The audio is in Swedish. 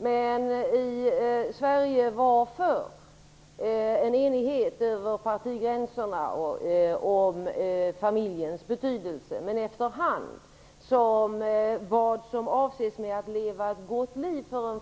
Det fanns tidigare i Sverige en enighet över partigränserna om familjens betydelse, men efter hand som det mer och mer kommit att